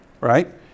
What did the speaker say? right